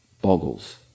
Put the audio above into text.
boggles